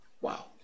Wow